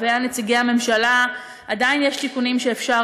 ונציגי הממשלה עדיין יש תיקונים שאפשר